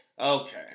Okay